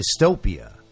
dystopia